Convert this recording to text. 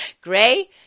Gray